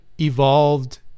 evolved